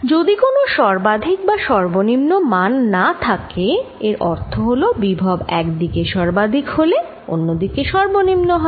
যদি কোন সর্বাধিক বা সর্বনিম্ন মান না থাকে এর অর্থ হল বিভব একদিকে সর্বাধিক হলে অন্য দিকে সর্বনিম্ন হয়